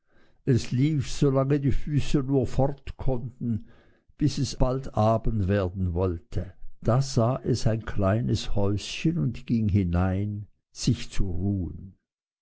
es lief solange nur die füße noch fort konnten bis es bald abend werden wollte da sah es ein kleines häuschen und ging hinein sich zu ruhen